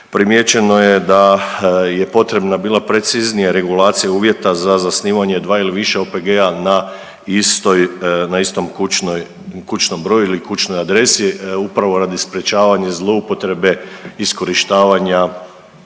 primijećeno je da je potrebna bila preciznija regulacija uvjeta za zasnivanje dva ili više OPG-a na istoj, na istom kućnoj, kućnom broju ili kućnoj adresi upravo radi sprječavanja zloupotrebe iskorištavanja